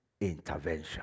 intervention